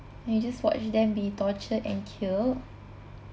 then you just watch them be tortured and killed